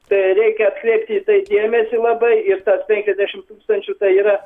tai reikia atkreipti į tai dėmesį labai ir tas penkiasdešimt tūkstančių tai yra